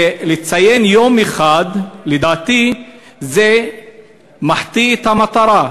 ולציין יום אחד, לדעתי זה מחטיא את המטרה.